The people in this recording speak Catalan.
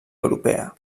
europea